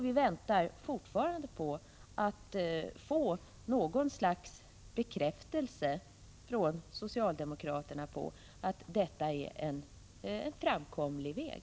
Vi väntar fortfarande på att få något slags bekräftelse från socialdemokraterna på att detta är en framkomlig väg.